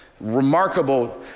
remarkable